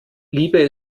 liebe